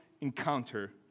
encounter